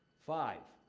five,